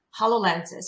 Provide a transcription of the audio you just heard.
HoloLenses